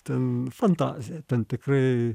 ten fantazija ten tikrai